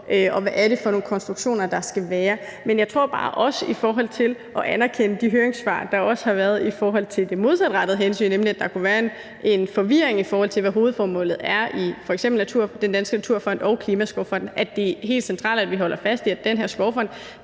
og hvad er det for nogle konstruktioner, der skal være? Men jeg tror bare, at der i forhold til også at anerkende de høringssvar, der også har været om det modsatrettede hensyn, kan der være en forvirring om, hvad hovedformålet er i f.eks. Den Danske Naturfond og Klimaskovfonden. Der tror jeg bare, det er helt centralt, at vi holder fast i, at den her Klimaskovfond